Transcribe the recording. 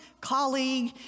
colleague